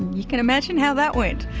you can imagine how that went!